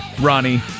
Ronnie